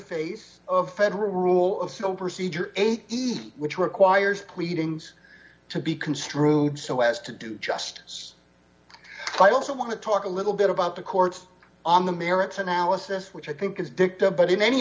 face of federal rule of so procedure eight eat which requires readings to be construed so as to do justice i also want to talk a little bit about the court's on the merits analysis which i think is dicta but in any